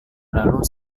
lalu